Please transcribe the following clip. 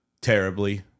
terribly